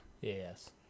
Yes